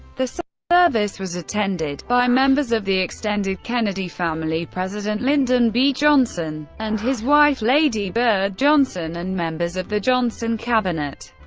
the so service was attended by members of the extended kennedy family, president lyndon b. johnson and his wife lady bird johnson, and members of the johnson cabinet.